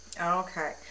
Okay